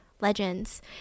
legends